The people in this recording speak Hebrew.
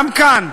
גם כאן,